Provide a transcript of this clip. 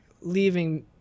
leaving